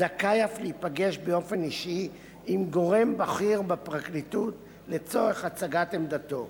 זכאי אף להיפגש באופן אישי עם גורם בכיר בפרקליטות לצורך הצגת עמדתו.